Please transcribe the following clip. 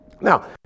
Now